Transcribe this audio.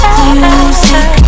music